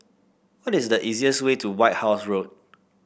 what is the easiest way to White House Road